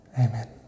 Amen